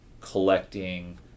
collecting